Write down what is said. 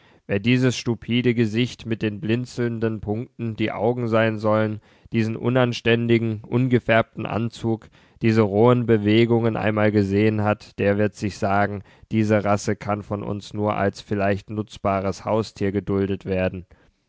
wer dieses stupide gesicht mit den blinzelnden punkten die augen sein sollen diesen unanständigen ungefärbten anzug diese rohen bewegungen einmal gesehen hat der wird sich sagen diese rasse kann von uns nur als vielleicht nutzbares haustier geduldet werden